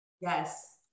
Yes